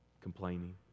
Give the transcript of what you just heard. complaining